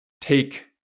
take